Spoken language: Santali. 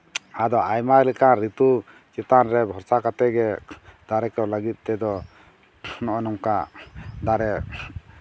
ᱟᱫᱚ ᱟᱭᱢᱟ ᱞᱮᱠᱟᱱ ᱨᱤᱛᱩ ᱪᱮᱛᱟᱱ ᱨᱮ ᱵᱷᱚᱨᱥᱟ ᱠᱟᱛᱮᱫ ᱜᱮ ᱫᱟᱨᱮ ᱠᱚ ᱞᱟᱹᱜᱤᱫ ᱛᱮᱫᱚ ᱱᱚᱜᱼᱚ ᱱᱚᱝᱠᱟ ᱫᱟᱨᱮ